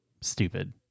stupid